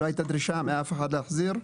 לא הייתה דרישה מאף אחד להחזיר.